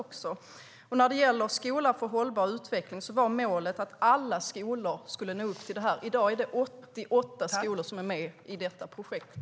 I fråga om en skola för hållbar utveckling var målet att alla skolor skulle nå upp till det. I dag är det 88 skolor som är med i projektet.